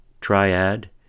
Triad